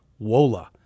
WOLA